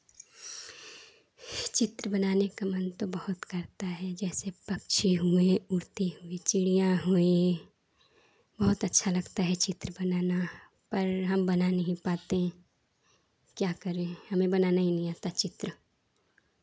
चित्र बनाने का मन तो बहुत करता है जैसे पक्षी हुए उड़ती हुई चिड़ियाँ हुई बहुत अच्छा लगता है चित्र बनाना पर हम बना नहीं पाती क्या करे हमें बनाना ही नहीं आता चित्र